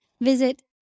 Visit